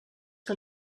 que